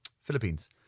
Philippines